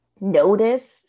notice